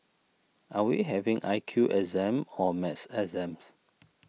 are we having I Q exam or maths exams